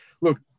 look